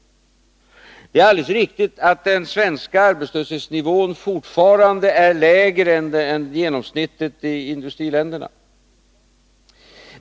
Det är alldeles riktigt att den svenska arbetslöshetsnivån fortfarande är lägre än genomsnittet i industriländerna.